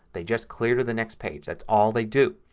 they just clear to the next page. that's all they do.